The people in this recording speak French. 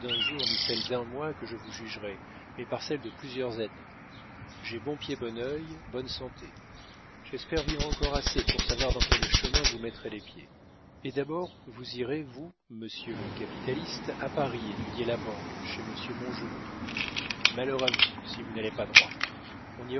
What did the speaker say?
d'un jour ni celle d'un mois que je vous jugerai mais par celle de plusieurs années j'ai bon pied bon œil bonne santé j'espère vivre encore assez pour savoir dans quel chemin vous mettrez les pieds et d'abord vous irez vous monsieur le capitaliste à paris étudier la banque chez monsieur mongenod malheur à vous si vous n'allez pas droit on